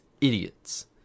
idiots